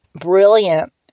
brilliant